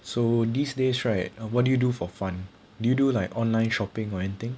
so these days right what do you do for fun do you do like online shopping or anything